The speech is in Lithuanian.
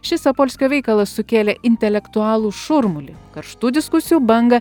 šis sapolskio veikalas sukėlė intelektualų šurmulį karštų diskusijų bangą